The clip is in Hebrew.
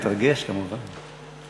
מתרגש, כמובן.